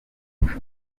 kugira